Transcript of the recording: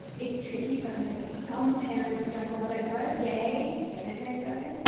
it's tricky though, some parents don't want to let go. yay, don't let go.